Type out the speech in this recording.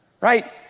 right